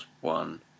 One